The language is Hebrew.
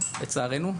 לצערנו.